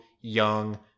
young